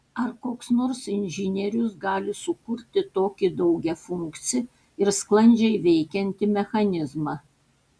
ar koks nors inžinierius gali sukurti tokį daugiafunkcį ir sklandžiai veikiantį mechanizmą